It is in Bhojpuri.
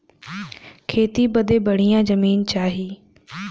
खेती बदे बढ़िया जमीन चाही